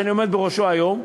שאני עומד בראשו היום,